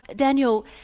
daniel,